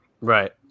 Right